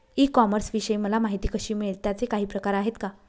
E कॉमर्सविषयी मला माहिती कशी मिळेल? त्याचे काही प्रकार आहेत का?